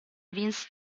vince